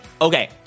Okay